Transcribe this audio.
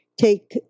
take